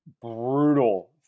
brutal